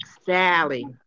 Sally